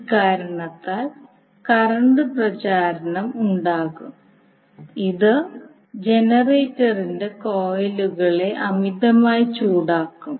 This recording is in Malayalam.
ഇക്കാരണത്താൽ കറന്റ് പ്രചാരണം ഉണ്ടാകും ഇത് ജനറേറ്ററിന്റെ കോയിലുകളേ അമിതമായി ചൂടാക്കും